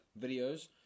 videos